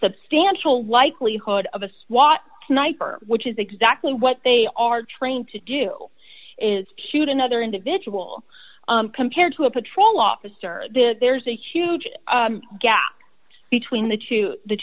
substantial likelihood of a swat knife or which is exactly what they are trained to do is shoot another individual compared to a patrol officer there's a huge gap between the two the